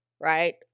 right